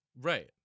Right